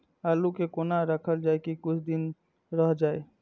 आलू के कोना राखल जाय की कुछ दिन रह जाय?